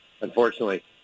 Unfortunately